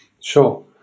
Sure